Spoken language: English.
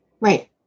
right